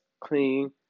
Clean